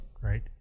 Right